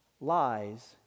lies